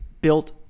Built